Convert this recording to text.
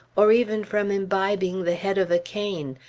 or even from imbibing the head of a cane,